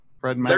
fred